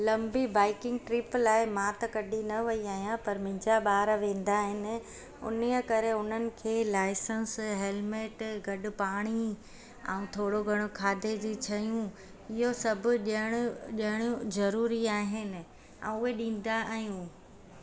लंबी biking trip लाइ मां त कॾहिं न वई आहियां पर मुंहिंजा ॿार वेंदा आहिनि उन्हीअ करे उन्हनि खे लाइसंस हैलमेट गॾु पाणी ऐं थोरो घणो खाधे जी छयूं इहो सभु ॾियण ॾियण ज़रूरी आहिनि ऐं उहे ॾींदा आहियूं